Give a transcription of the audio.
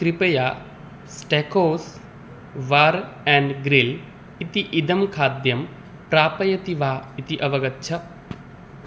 कृपया steakhouse bar and grill इति इदं खाद्यं प्रापयति वा इति अवगच्छ